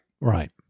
Right